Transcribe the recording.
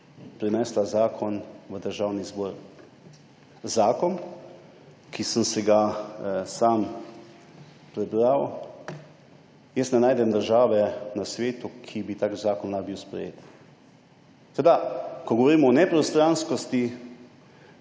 prinesla zakon v Državni zbor. Zakon, ki sem si ga sam prebral. Jaz ne najdem države na svetu, v kateri bi tak zakon lahko bil sprejet. Ko govorimo o nepristranskosti